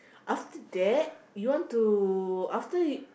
after that you want to after you